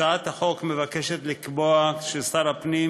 הצעת החוק מבקשת לקבוע ששר הפנים